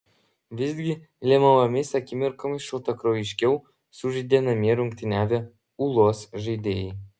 visgi lemiamomis akimirkomis šaltakraujiškiau sužaidė namie rungtyniavę ūlos žaidėjai